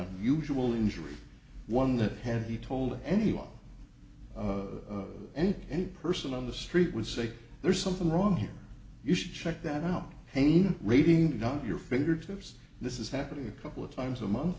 usually injury one that had he told anyone and any person on the street would say there's something wrong here you should check that out pain rating not your fingertips this is happening a couple of times a month